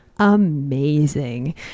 amazing